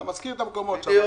אתה משכיר את המקומות שם.